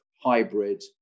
hybrid